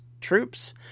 troops